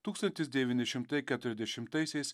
tūkstantis devyni šimtai keturiasdešimtaisiais